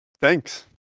Thanks